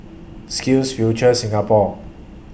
SkillsFuture Singapore